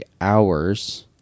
hours